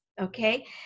okay